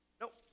Nope